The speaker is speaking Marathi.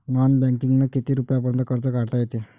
नॉन बँकिंगनं किती रुपयापर्यंत कर्ज काढता येते?